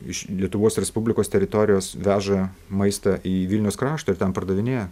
iš lietuvos respublikos teritorijos veža maistą į vilniaus kraštą ir ten pardavinėja